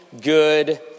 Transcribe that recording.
good